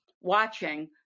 watching